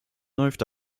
läuft